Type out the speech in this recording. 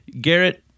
Garrett